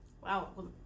Wow